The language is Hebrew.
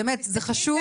באמת, זה חשוב.